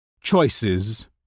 Choices